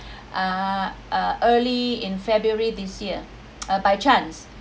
err early in february this year uh by chance